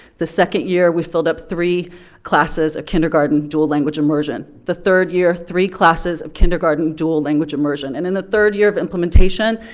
the second year, we filled up three classes of kindergarten dual language immersion. the third year, three classes of kindergarten dual language immersion. and in the third year of implementation,